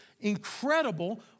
incredible